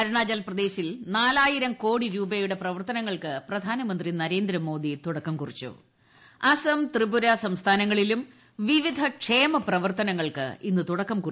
അരുണാചൽ പ്രദേശിൽ നാലായിരം കോടി രൂപയുടെ പ്രവർത്തനങ്ങൾക്ക് പ്രധാനമന്ത്രി നരേന്ദ്രമോദി തുടക്കം കുറിച്ചും അസം ത്രിപുര സംസ്ഥാനങ്ങളിലും വിവിധ ക്ഷേമ പ്രവർത്തനങ്ങൾക്ക് ഇന്ന് തുടിക്ക്മാകും